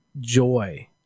joy